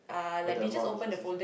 for the amount of resources